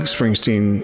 Springsteen